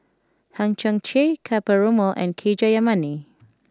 Hang Chang Chieh Ka Perumal and K Jayamani